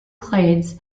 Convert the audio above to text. clades